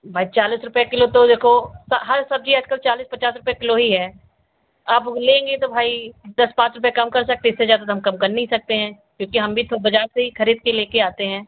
भाई चालइस रुपये किलो तो देखो हर सब्ज़ी आज कल चालीस पचास रुपये किलो ही है आप लेंगी तो भाई दस पाँच रुपये कम कर सकती इस से ज़्यादा तो हम कम कर नहीं सकते हैं क्योंकि हम भी तो बाज़ार से ही ख़रीदकर लेकर आते हैं